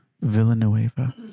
Villanueva